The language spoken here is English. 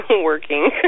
Working